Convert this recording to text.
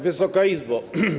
Wysoka Izbo!